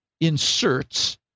inserts